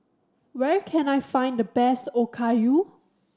where can I find the best Okayu